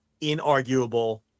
inarguable